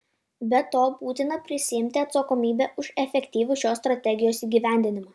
be to būtina prisiimti atsakomybę už efektyvų šios strategijos įgyvendinimą